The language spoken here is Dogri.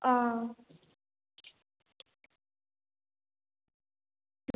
आं